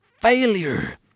Failure